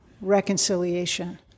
reconciliation